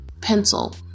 pencil